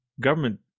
government